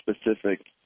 specific